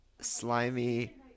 Slimy